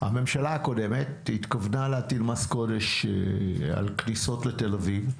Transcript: הממשלה הקודמת התכוונה להטיל מס גוש על כניסות לתל אביב.